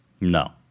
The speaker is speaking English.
No